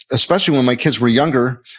especially when my kids were younger,